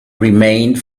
remained